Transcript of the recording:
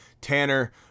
Tanner